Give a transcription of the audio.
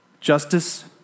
Justice